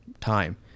time